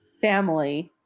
family